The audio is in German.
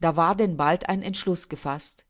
da war denn bald ein entschluß gefaßt